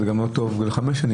אז זה גם לא טוב לחמש שנים.